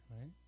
right